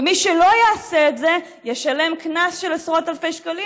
ומי שלא יעשה את זה ישלם קנס של עשרות אלפי שקלים,